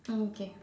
mm K